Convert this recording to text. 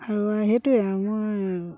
আৰু সেইটোৱে আৰু মই